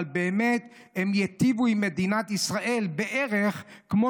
אבל באמת הן ייטיבו עם מדינת ישראל בערך כמו